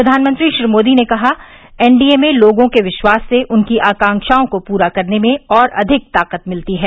प्रधानमंत्री श्री मोदी ने ने कहा एनडीए में लोगों के विश्वास से उनकी आकांक्राओं को पूरा करने में और अधिक ताकत मिलती है